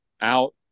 out